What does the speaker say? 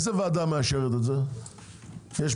אתם